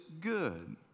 good